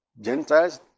Gentiles